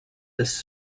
this